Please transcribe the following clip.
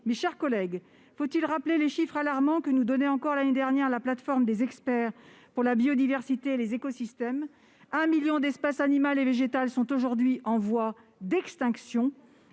Mes chers collègues, faut-il rappeler les chiffres alarmants que nous donnait, encore l'année dernière, la plateforme des experts pour la biodiversité et les écosystèmes ? Un million d'espèces animales et végétales sont aujourd'hui en voie d'extinction,